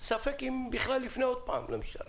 ספק אם בכלל עוד פעם למשטרה.